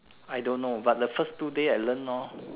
I don't know but the first two day I learn lor